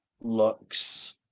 looks